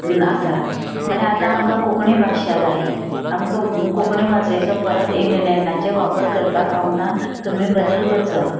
आसा म्हळ्या आतां आमकां कोंकणी भाशा जाय आमकां कोंकणी भाशेचो परत इंटनॅटनाचे वापर करपाक आमकां तुमी बदल करचो